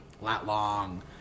lat-long